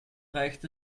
reicht